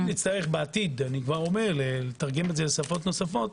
אם נצטרך בעתיד לתרגם לשפות נוספות,